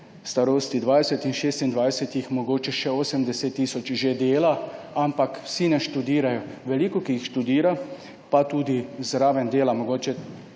starosti jih mogoče 80 tisoč že dela, ampak vsi ne študirajo. Veliko, ki jih študira, pa tudi zraven še kaj dela, mogoče